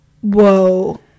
Whoa